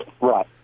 right